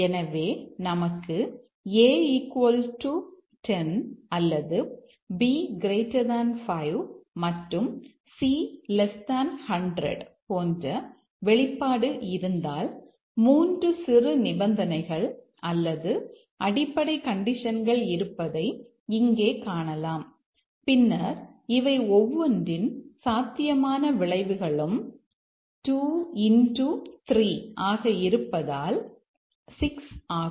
எனவே நமக்கு a 10 அல்லது b 5 மற்றும் c 100 போன்ற வெளிப்பாடு இருந்தால் 3 சிறு நிபந்தனைகள் அல்லது அடிப்படை கண்டிஷன்கள் இருப்பதை இங்கே காணலாம் பின்னர் இவை ஒவ்வொன்றின் சாத்தியமான விளைவுகளும் 2 3 ஆக இருப்பதால் 6 ஆகும்